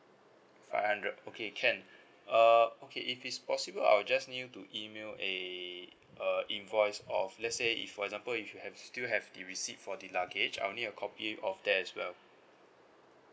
five hundred okay can uh okay if it's possible I'll just need you to email eh uh invoice of let's say if for example if you have still have the receipt for the luggage I'll need a copy of that as well